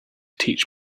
teach